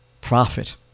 profit